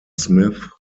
smith